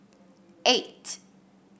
eight